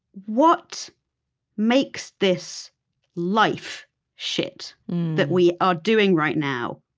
what makes this life shit that we are doing right now,